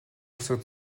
үсэг